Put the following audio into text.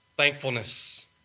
thankfulness